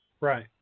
right